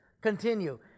Continue